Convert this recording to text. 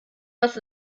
das